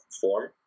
form